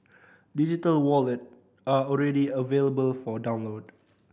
digital wallet are already available for download